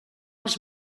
els